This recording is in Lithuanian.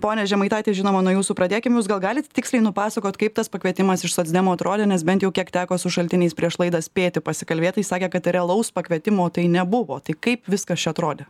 pone žemaitaiti žinoma nuo jūsų pradėkim jūs gal galit tiksliai nupasakot kaip tas pakvietimas iš socdemų atrodė nes bent jau kiek teko su šaltiniais prieš laidą spėti pasikalbėt tai sakė kad realaus pakvietimo tai nebuvo tai kaip viskas čia atrodė